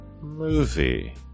movie